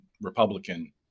Republican